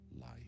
life